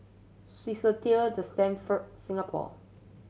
Swissotel The Stamford Singapore